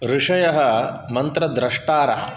ऋषयः मन्त्रद्रष्टारः